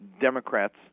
Democrats